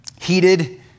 heated